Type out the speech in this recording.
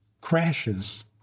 crashes